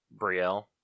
Brielle